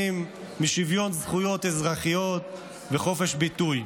משוויון זכויות אזרחיות וחופש ביטוי.